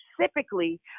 specifically